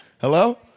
Hello